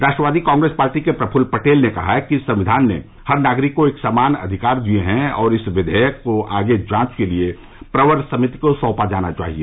राष्ट्रवादी Congress party के प्रफुल्ल पटेल ने कहा कि संक्विन ने हर नागरिक को एक समान अधिकार दिये हैं और इस विधेयक को आगे जांच के लिए प्रवर समिति को सौंपा जाना चाहिए